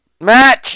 Match